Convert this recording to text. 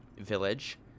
village